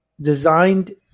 designed